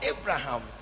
Abraham